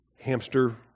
hamster